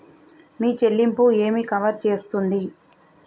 మీ చెల్లింపు ఏమి కవర్ చేస్తుంది?